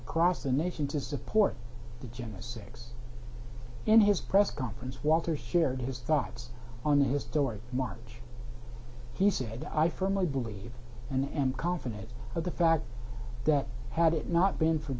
across the nation to support the general sex in his press conference walter hear his thoughts on the historic march he said i firmly believe and am confident of the fact that had it not been for